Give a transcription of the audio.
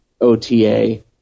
OTA